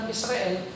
Israel